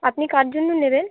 আপনি কার জন্য নেবেন